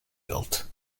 built